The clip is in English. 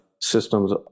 systems